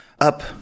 Up